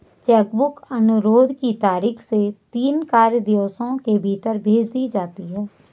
check book अनुरोध की तारीख से तीन कार्य दिवसों के भीतर भेज दी जाती है